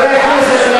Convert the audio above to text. חברי הכנסת,